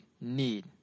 need